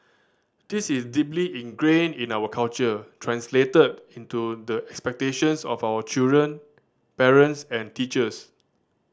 this is deeply ingrained in our culture translated into the expectations of our children parents and teachers